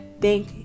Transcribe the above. thank